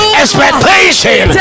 expectation